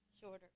Shorter